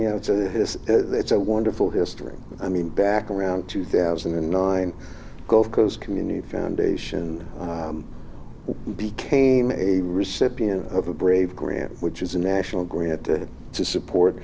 you know it's a it's a wonderful history i mean back around two thousand and nine gulf coast community foundation became a recipient of a brave grant which is a national grant to support